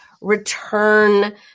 return